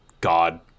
God